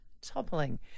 toppling